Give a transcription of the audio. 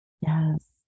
Yes